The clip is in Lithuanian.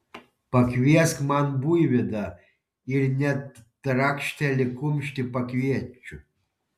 pakviesk man buivydą ir net trakšteli kumštį pakviečiu